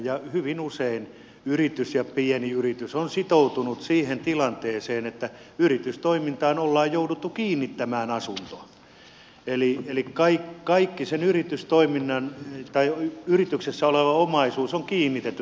ja hyvin usein yritys pieni yritys on sitoutunut siihen tilanteeseen että yritystoimintaan ollaan jouduttu kiinnittämään asunto eli kaikki se yrityksessä oleva omaisuus on kiinnitetty tavallaan tähän yritykseen